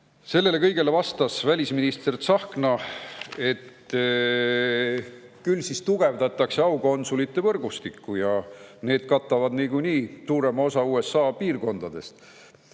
Sellele kõigele vastas välisminister Tsahkna, et küll siis tugevdatakse aukonsulite võrgustikku, mis katab niikuinii suurema osa USA piirkondadest,